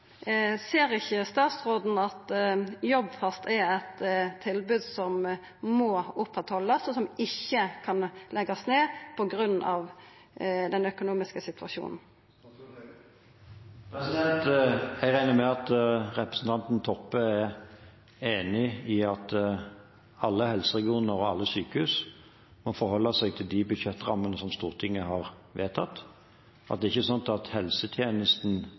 Ser ikkje statsråden at Jobbfast er eit tilbod som må haldast oppe, og som ikkje kan leggjast ned på grunn av den økonomiske situasjonen? Jeg regner med at representanten Toppe er enig i at alle helseregioner og alle sykehus må forholde seg til de budsjettrammene som Stortinget har vedtatt, og at helsetjenesten ikke